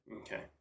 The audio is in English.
Okay